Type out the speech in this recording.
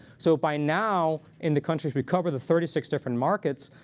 so by now, in the countries we cover, the thirty six different markets,